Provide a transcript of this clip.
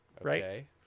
right